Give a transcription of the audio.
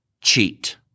cheat